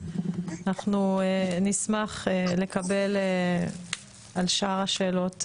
אנחנו נשמח לקבל נתונים על שאר השאלות,